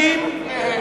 הכול מונח על התקציב הזה,